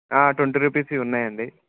twenty రుపీస్వి ఉన్నాయండి